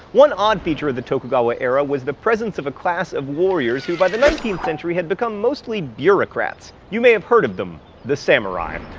one odd feature of the tokugawa era was the presence of a class of warriors who, by the nineteenth century, had become mostly bureaucrats. you may have heard of them the samurai.